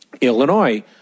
Illinois